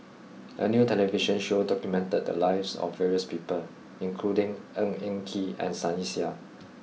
a new television show documented the lives of various people including Ng Eng Kee and Sunny Sia